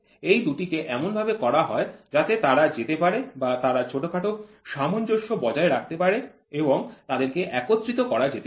এই দুটিকে এমনভাবে করা হয় যাতে তারা যেতে পারে বা তারা ছোটখাটো সামঞ্জস্য বজায় রাখতে পারে এবং তাদেরকে একত্রিত করা যেতে পারে